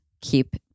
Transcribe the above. keep